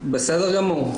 בסדר גמור.